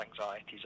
anxieties